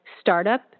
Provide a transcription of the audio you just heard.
startup